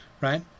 right